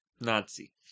Nazi